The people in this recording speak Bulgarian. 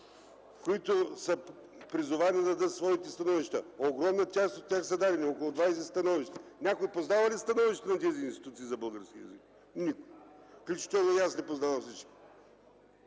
които са призовани да дадат своите становища. Огромна част от тях са дадени – около 20 становища. Някой познава ли становищата за тези институции за българския език? Никой, включително и аз не ги познавам всичките.